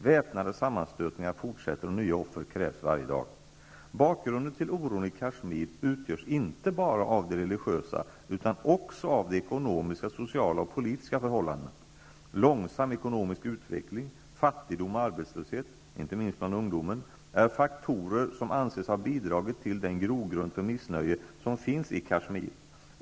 Väpnade sammanstötningar fortsätter, och nya offer krävs varje dag. Bakgrunden till oron i Kashmir utgörs inte bara av de religiösa utan också av de ekonoiska, sociala och politiska förhållandena. Långsam ekonomisk utveckling, fattigdom och arbetslöshet, inte minst bland ungdomen, är faktorer som anses ha bidragit till den grogrund för missnöje som finns i Kashmir.